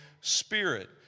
Spirit